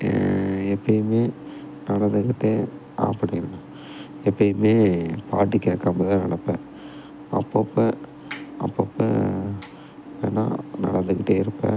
எப்போயுமே நடந்துக்கிட்டு ஆஃப் பண்ணிடுவேன் எப்போயுமே பாட்டு கேட்காமல் தான் நடப்பேன் அப்பப்போ அப்பப்போ வேணால் நடந்துக்கிட்டே இருப்பேன்